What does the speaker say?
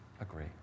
agree